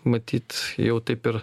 matyt jau taip ir